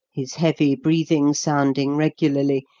his heavy breathing sounding regularly,